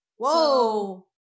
Whoa